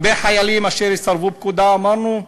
הרבה חיילים אשר יסרבו פקודה, אמרנו?